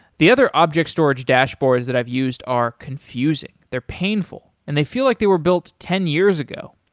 the other object storage dashboards that i've used are confusing, they're painful, and they feel like they were built ten years ago.